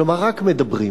כלומר רק מדברים,